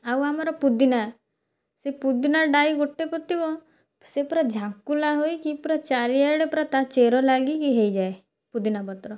ଆଉ ଆମର ପୁଦିନା ସେ ପୁଦିନା ଡାହି ଗୋଟେ ପୋତିବ ସେ ପୂରା ଝାଙ୍କୁଲା ହୋଇକି ପୂରା ଚାରିଆଡ଼େ ପୂରା ତା'ର ଚେର ଲାଗିକି ହେଇଯାଏ ପୁଦିନା ପତ୍ର